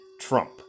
Trump